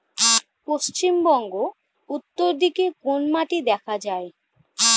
পশ্চিমবঙ্গ উত্তর দিকে কোন মাটি দেখা যায়?